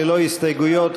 ללא הסתייגויות,